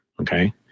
Okay